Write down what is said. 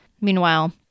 Meanwhile